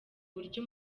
uburyo